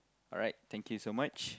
alright thank you so much